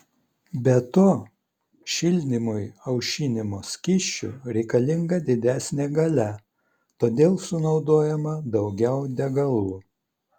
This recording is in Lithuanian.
be to šildymui aušinimo skysčiu reikalinga didesnė galia todėl sunaudojama daugiau degalų